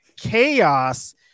chaos